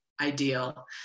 ideal